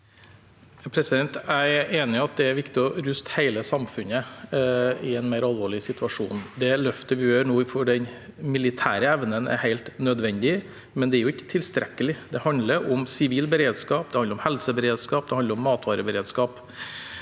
Jeg er enig i at det er viktig å ruste hele samfunnet i en mer alvorlig situasjon. Det løftet vi gjør nå for den militære evnen, er helt nødvendig, men det er ikke tilstrekkelig. Det handler om sivil beredskap, om helseberedskap og om matvareberedskap.